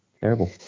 Terrible